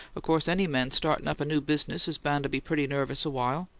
of course any man starting up a new business is bound to be pretty nervous a while.